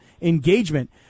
engagement